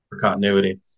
Continuity